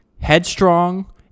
headstrong